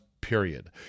Period